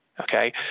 okay